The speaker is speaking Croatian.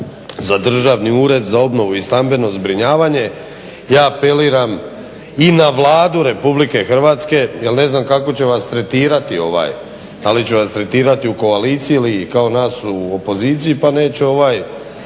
za Državni ured za obnovu i stambeno zbrinjavanje ja apeliram i na Vladu Republike Hrvatske jer ne znam kako će vas tretirati, da li će vas tretirati u koaliciji ili kao nas u opoziciji pa neće dići